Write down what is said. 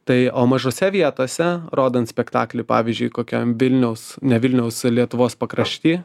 tai o mažose vietose rodant spektaklį pavyzdžiui kokiam vilniaus ne vilniaus lietuvos pakrašty